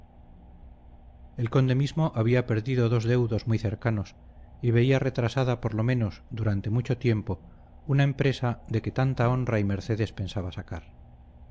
el conde mismo había perdido dos deudos muy cercanos y veía retrasada por lo menos durante mucho tiempo una empresa de que tanta honra y mercedes pensaba sacar